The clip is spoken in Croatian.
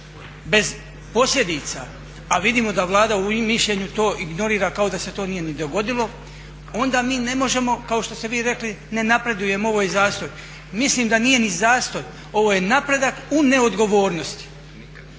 bez posljedica a vidimo da Vlada u mišljenju to ignorira kao da se to nije ni dogodilo onda mi ne možemo kao što ste vi rekli, ne napredujemo, ovo je zastoj. Mislim da nije ni zastoj, ovo je napredak u neodgovornosti.